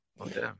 Okay